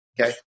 okay